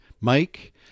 Mike